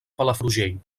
palafrugell